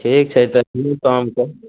ठीक छै तऽ ई काम सब